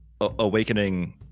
awakening